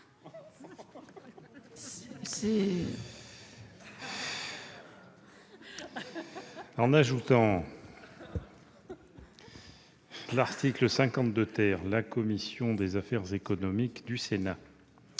En créant l'article 52 , la commission des affaires économiques du Sénat